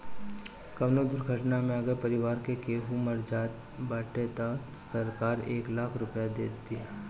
कवनो दुर्घटना में अगर परिवार के केहू मर जात बाटे तअ सरकार एक लाख रुपिया देत बिया